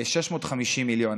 ל-650 מיליון.